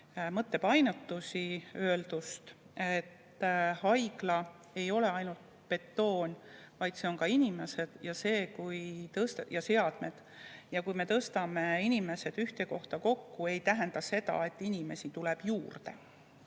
mõttepainutusi öeldust. Haigla ei ole ainult betoon, see on ka inimesed ja seadmed. Kui me tõstame inimesed ühte kohta kokku, siis ei tähenda see, et inimesi tuleb juurde.